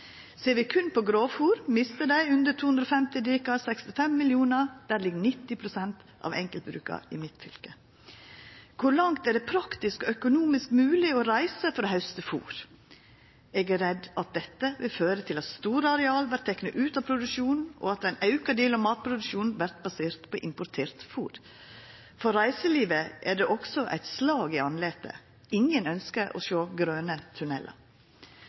Ser vi berre på grovfôr, mistar dei under 250 dekar 65 mill. kr. Av enkeltbruka ligg 90 pst. i mitt heimfylke. Kor langt er det praktisk og økonomisk mogleg å reisa for å hausta fôr? Eg er redd at dette vil føra til at store areal vert tekne ut av produksjonen, og at ein auka del av matproduksjonen vert basert på importert fôr. For reiselivet er det også eit slag i andletet. Ingen ønskjer å sjå grøne tunellar.